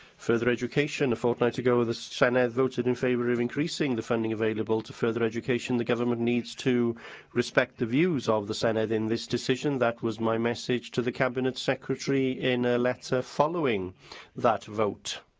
further education a fortnight ago, the senedd voted in favour of increasing the funding available to further education. the government needs to respect the views of the senedd in this decision. that was my message to the cabinet secretary in a letter following that vote.